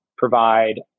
provide